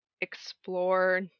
explore